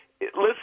listen